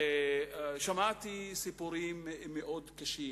שמעתי סיפורים מאוד קשים,